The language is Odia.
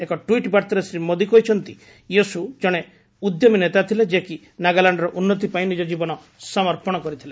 ଏକ ଟ୍ୱିଟ୍ ବାର୍ତ୍ତାରେ ଶ୍ରୀ ମୋଦୀ କହିଛନ୍ତି ୟୋଶ୍ର ଜଣେ ଉଦ୍ୟମୀ ନେତା ଥିଲେ ଯେ କି ନାଗାଲାଣ୍ଡର ଉନ୍ନତି ପାଇଁ ନିଜ ଜୀବନ ସମର୍ପଣ କରିଥିଲେ